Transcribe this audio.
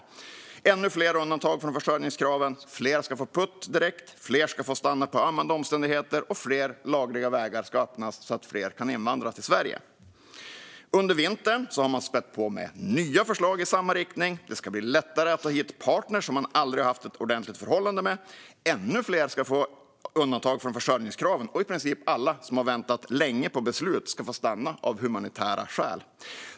Det blev ännu fler undantag från försörjningskraven. Fler ska få PUT direkt, fler ska få stanna på grund av ömmande omständigheter och fler lagliga vägar ska öppnas så att fler kan invandra till Sverige. Under vintern har man spätt på med nya förslag i samma riktning: Det ska bli lättare att ta hit partner som man aldrig har haft ett ordentligt förhållande med, ännu fler ska få undantag från försörjningskraven och i princip alla som har väntat länge på beslut ska få stanna av humanitära skäl.